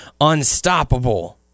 unstoppable